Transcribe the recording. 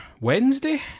Wednesday